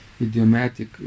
idiomatic